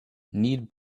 need